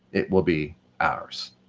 it will be ours.